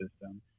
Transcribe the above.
system